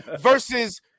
versus